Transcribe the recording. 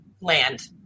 land